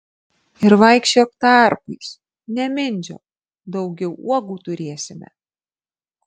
ir vaikščiok tarpais nemindžiok daugiau uogų turėsime